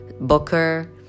Booker